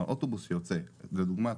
לדוגמה,